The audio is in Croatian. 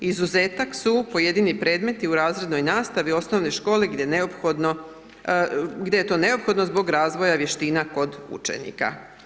Izuzetak su pojedini predmeti u razrednoj nastavi osnovne škole gdje je neophodno, gdje je to neophodno zbog razvoja vještina kod učenika.